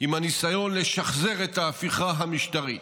עם הניסיון לשחזר את ההפיכה המשטרית.